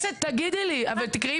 תגידי לי --- תודה רבה.